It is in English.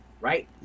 right